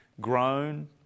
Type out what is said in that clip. grown